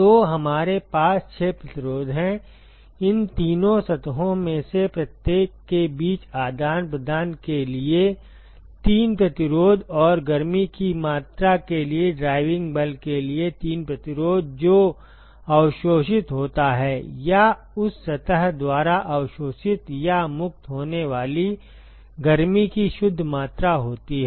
तो हमारे पास 6 प्रतिरोध हैंइन तीनों सतहों में से प्रत्येक के बीच आदान प्रदान के लिए 3 प्रतिरोध और गर्मी की मात्रा के लिए ड्राइविंग बल के लिए 3 प्रतिरोध जो अवशोषित होता है या उस सतह द्वारा अवशोषित या मुक्त होने वाली गर्मी की शुद्ध मात्रा होती है